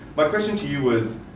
my question to you was,